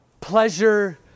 Pleasure